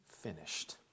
finished